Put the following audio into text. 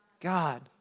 God